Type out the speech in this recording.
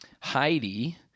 Heidi –